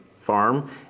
farm